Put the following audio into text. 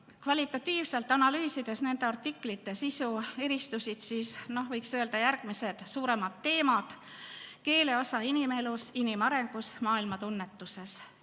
Kvalitatiivselt analüüsides nende artiklite sisu, eristusid, võiks öelda, järgmised suuremad teemad: keele osa inimelus, inimarengus, maailmatunnetuses;